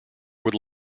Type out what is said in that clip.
would